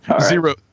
zero